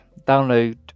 download